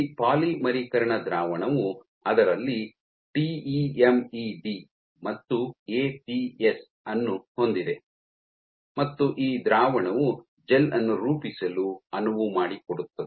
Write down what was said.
ಈ ಪಾಲಿಮರೀಕರಣ ದ್ರಾವಣವು ಅದರಲ್ಲಿ ಟಿಇಎಮ್ಇಡಿ ಮತ್ತು ಎಪಿಎಸ್ ಅನ್ನು ಹೊಂದಿದೆ ಮತ್ತು ಇ ದ್ರಾವಣವು ಜೆಲ್ ಅನ್ನು ರೂಪಿಸಲು ಅನುವು ಮಾಡಿಕೊಡುತ್ತದೆ